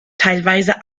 teilweise